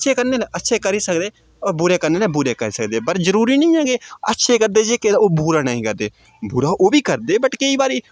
अच्छे करने न अच्छे करी सकदे होर बुरे करने न ते बुरे करी सकदे पर जरूरी निं ऐ कि अच्छे करदे जेह्के तां ओह् बुरा नेईं करदे बुरा ओह्बी करदे वट् केईं बारी